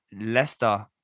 leicester